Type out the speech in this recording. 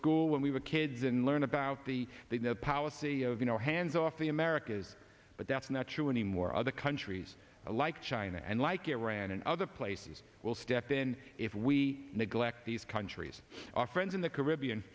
school when we were kids and learn about the power see of you know hands off the americas but that's not true anymore other countries like china and like iran and other places will step in if we neglect these countries our friends in the caribbean